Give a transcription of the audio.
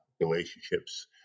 relationships